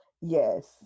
yes